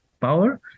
power